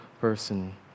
person